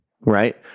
right